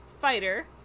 Fighter